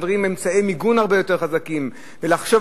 אמצעי מיגון הרבה יותר חזקים ולחשוב